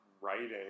writing